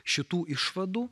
šitų išvadų